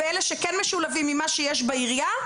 ואלה שכן משולבים ממה שיש בעירייה,